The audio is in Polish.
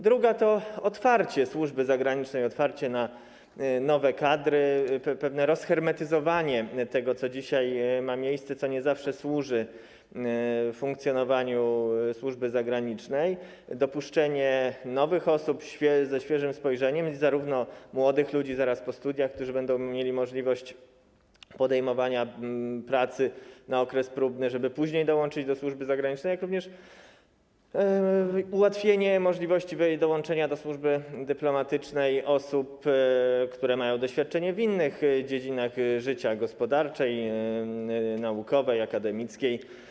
Druga to otwarcie służby zagranicznej, otwarcie na nowe kadry, pewne rozhermetyzowanie tego, co dzisiaj ma miejsce, co nie zawsze służy funkcjonowaniu służby zagranicznej, dopuszczenie nowych osób, ze świeżym spojrzeniem, zarówno młodych ludzi, zaraz po studiach, którzy będą mieli możliwość podejmowania pracy na okres próbny, żeby później dołączyć do służby zagranicznej, jak i ułatwienie możliwości dołączenia do służby dyplomatycznej osobom, które mają doświadczenie w innych dziedzinach życia: gospodarczej, naukowej, akademickiej.